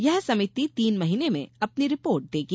यह समिति तीन महीने में अपनी रिपोर्ट देगी